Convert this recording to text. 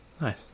Nice